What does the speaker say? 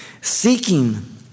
Seeking